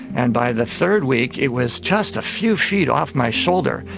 and by the third week it was just a few feet off my shoulder.